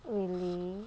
really